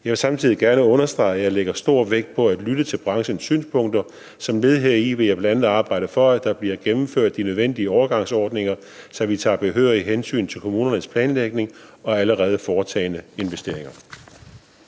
Jeg vil samtidig gerne understrege, at jeg lægger stor vægt på at lytte til branchens synspunkter. Som led heri vil jeg bl.a. arbejde for, at der bliver gennemført de nødvendige overgangsordninger, så vi tager behørig hensyn til kommunernes planlægning og allerede foretagne investeringer.